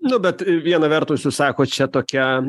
nu bet vieną vertus jūs sakot čia tokia